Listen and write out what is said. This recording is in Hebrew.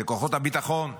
זה כוחות הביטחון.